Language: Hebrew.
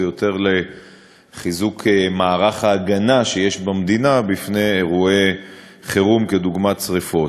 זה יותר לחיזוק מערך ההגנה שיש במדינה בפני אירועי חירום כדוגמת שרפות.